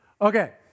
Okay